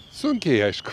sunkiai aišku